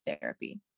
therapy